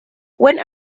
when